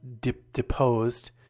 deposed